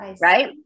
Right